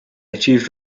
achieved